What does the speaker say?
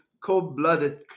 cold-blooded